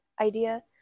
idea